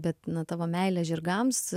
bet na tavo meilė žirgams